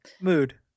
Mood